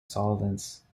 solvents